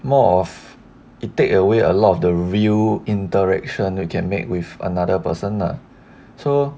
more of it take away a lot of the real interaction you can make with another person lah so